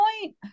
point